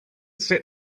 set